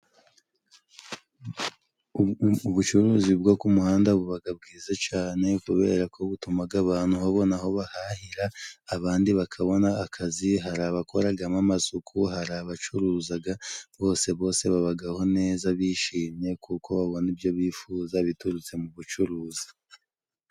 Ubucuruzi bwo ku muhanda bubaga bwiza cyane kubera ko butumaga abantu babona aho bahahira abandi bakabona akazi. Hari abakoragamo amasuku, hari abacuruzaga, bose bose babagaho neza bishimye kuko babona ibyo bifuza biturutse mu bucuruzi.